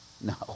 No